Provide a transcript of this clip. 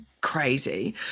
crazy